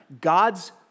God's